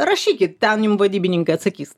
rašykit ten jum vadybininkai atsakys